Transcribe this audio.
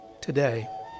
today